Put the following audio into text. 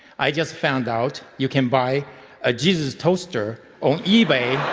i just found out you can buy a jesus toaster on ebay